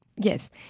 Yes